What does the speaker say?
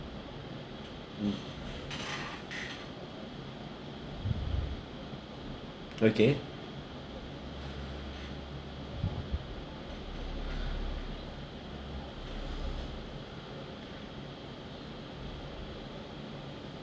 mm okay